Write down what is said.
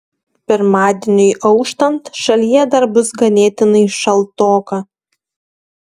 pirmadieniui auštant šalyje dar bus ganėtinai šaltoka